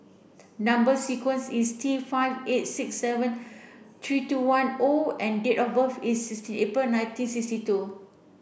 number sequence is T five eight six seven three two one O and date of birth is sixty April nineteen sixty two